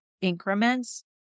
increments